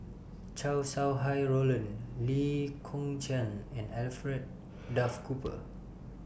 Chow Sau Hai Roland Lee Kong Chian and Alfred Duff Cooper